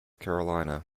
carolina